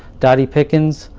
dottie pickens,